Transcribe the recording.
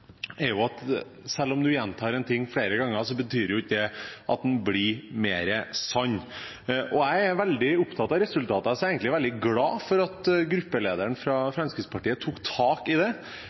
at selv om man gjentar en ting flere ganger, betyr det ikke at det blir mer sant. Jeg er veldig opptatt av resultat, og jeg er egentlig veldig glad for at gruppelederen fra Fremskrittspartiet tok tak i